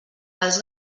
els